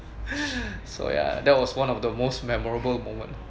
so ya that was one of the most memorable moment